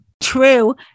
True